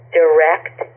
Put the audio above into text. direct